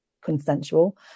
consensual